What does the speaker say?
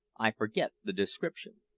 i forget the description.